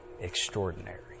extraordinary